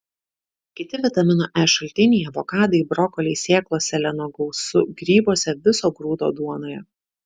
kiti vitamino e šaltiniai avokadai brokoliai sėklos seleno gausu grybuose viso grūdo duonoje